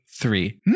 three